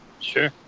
Sure